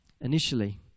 initially